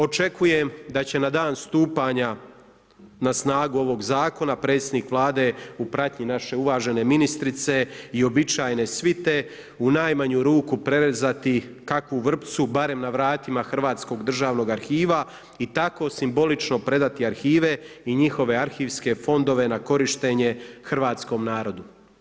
Očekujem da će na dan stupanja na snagu ovog zakona predsjednik Vlade u pratnji naše uvažene ministrice i uobičajene svite u najmanju ruku prerezati kakvu vrpcu barem na vratima Hrvatskog državnog arhiva i tako simbolično predati arhive i njihove arhivske fondove na korištenje hrvatskom narodu.